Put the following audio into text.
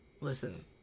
listen